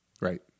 Right